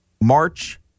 March